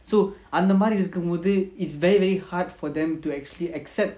so அந்தமாதிரிஇருக்கும்போது:andha madhiri irukumpothu it's very very hard for them to actually accept